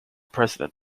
president